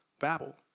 Babel